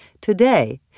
Today